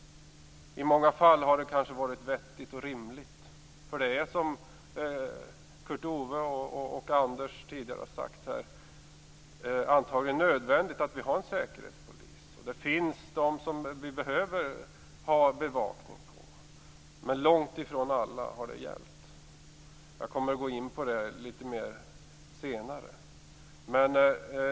I många fall har det kanske varit vettigt och rimligt. Det är, som Kurt Ove Johansson och Anders Björck har sagt tidigare, antagligen nödvändigt att vi har en säkerhetspolis. Det finns de som vi behöver bevaka, men det har gällt långt ifrån alla. Jag kommer att gå in på det litet mer senare.